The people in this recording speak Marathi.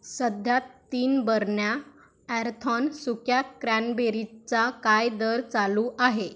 सध्या तीन बरण्या ॲरथॉन सुक्या क्रॅनबेरीजचा काय दर चालू आहे